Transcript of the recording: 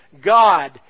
God